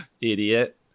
Idiot